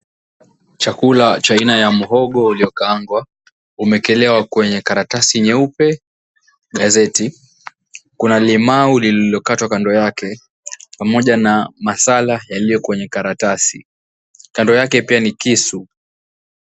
Chakula cha aina ya muhogo uliokarangwa umeekelewa kwenye karatasi nyeupe gazeti kuna limau lililo katwakatwa kando yake pamoja na masala yaliokwenye karatasi kando yake pia ni kisu.